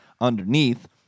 underneath